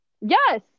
yes